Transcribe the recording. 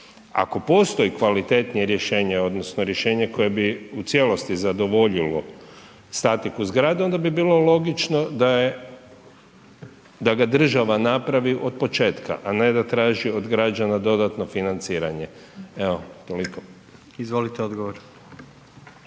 Ako postoji kvalitetnije rješenje odnosno rješenje koje bi u cijelosti zadovoljilo statiku zgrade onda bi bilo logično da je, da ga država napravi od početka, a ne da traži od građana dodatno financiranje. Evo, toliko. **Jandroković,